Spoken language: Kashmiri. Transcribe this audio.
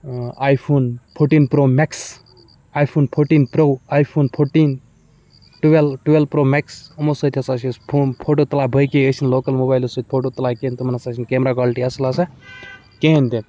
اۭں iPhone fourteen pro max iPhone fourteen pro iPhone fourteen twelve twelve pro max یِمو سۭتۍ ہسا چھِ أسۍ فون فوٹو تُلان باقین أسۍ چھِنہِ لوکَل موبایلو سۭتۍ فوٹو تُلان کینہہ تُمن ہسا چھِنہٕ کیمرہ کالٹی اصل آسان کہینہ تہٕ